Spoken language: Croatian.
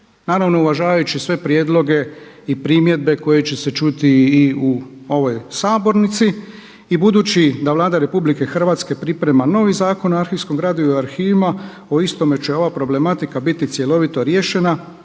naravno uvažavajući sve prijedloge i primjedbe koje će se čuti i u ovoj sabornici. I budući da Vlada RH priprema novi Zakon o arhivskom gradivu i arhivima o istome će ova problematika biti cjelovito riješena,